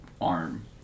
arm